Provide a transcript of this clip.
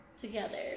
Together